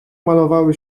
malowały